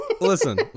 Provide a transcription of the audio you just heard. listen